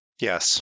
Yes